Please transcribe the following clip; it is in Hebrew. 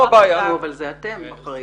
אבל זה אתם אחראיים.